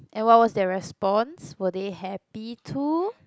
and what was their response were they happy too